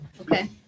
Okay